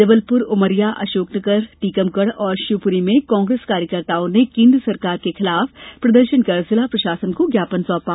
जबलपुरउमरिया अशोकनगर टीकमगढ़ और शिवपुरी में कांग्रेस कार्यकर्ताओं ने केन्द्र सरकार के खिलाफ प्रदर्शन कर जिला प्रशासन को ज्ञापन सौंपा